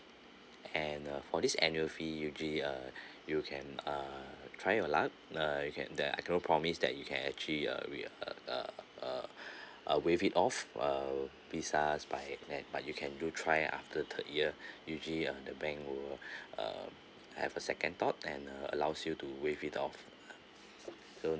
and uh for this annual fee usually uh you can uh try your luck uh you can that I cannot promise that you can actually uh we uh uh uh uh waive it off uh visa but you can do try after third year usually uh the bank will uh have a second thought and uh allows you to waive it off so